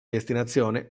destinazione